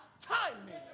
timing